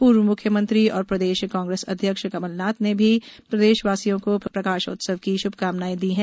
पूर्व मुख्यमंत्री और प्रदेश कांग्रेस अध्यक्ष कमलनाथ ने भी प्रदेशवासियों को प्रकाशोत्सव की शुभकामनाएं दी हैं